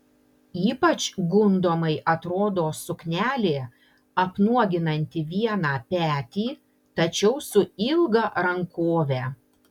ypač gundomai atrodo suknelė apnuoginanti vieną petį tačiau su ilga rankove